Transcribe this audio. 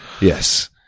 yes